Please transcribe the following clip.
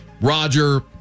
Roger